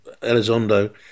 Elizondo